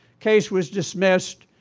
case was dismissed,